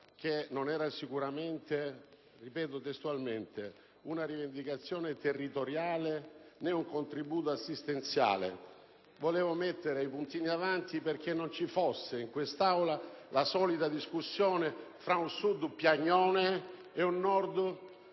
che non era sicuramente - ripeto testualmente - una rivendicazione territoriale, né un contributo assistenziale volevo mettere le mani avanti perché non vi fosse in questa Aula la solita discussione tra un Sud piagnone ed un Nord